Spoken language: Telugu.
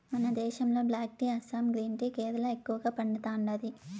మన దేశంలో black tea Assam green tea Kerala ఎక్కువగా పండతాండాది